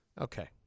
Okay